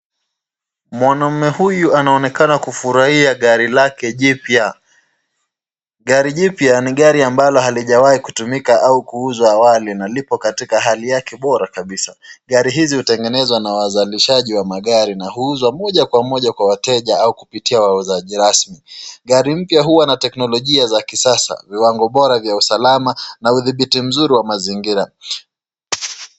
Mwanaume huyu anaonekana kufurahia gari lake jipya. Gari jipya ni gari ambalo halijawahi kutumika au kuuzwa awali na liko katika hali yake bora. Gari hizi hutengenezwa na wazalishaji wa magari na huuzwa moja kwa moja kwa wateja au kupitia wauzaji rasmi. Gari mpya huwa na teknolojia za kisasa viwango bora vya usalama na udhibiti mzuri wa mazingira.